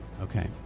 Okay